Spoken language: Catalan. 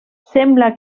sembla